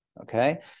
okay